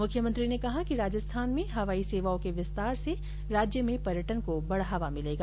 मुख्यमंत्री ने कहा कि राजस्थान में हवाई सेवाओं के विस्तार से राज्य में पर्यटन को बढ़ावा मिलेगा